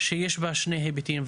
שיש בה שני היבטים.